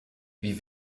wie